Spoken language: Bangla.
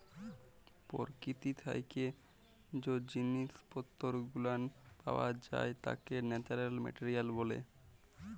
পরকীতি থাইকে জ্যে জিনিস পত্তর গুলান পাওয়া যাই ত্যাকে ন্যাচারাল মেটারিয়াল ব্যলে